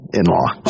in-law